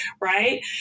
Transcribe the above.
Right